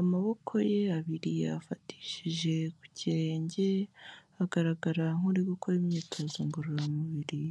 amaboko ye abiri yafatishije ku kirenge, agaragara nk'uri gukora imyitozo ngororamubiri.